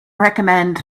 recommend